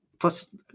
Plus